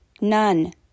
None